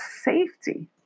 safety